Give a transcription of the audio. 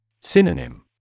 Synonym